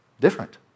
different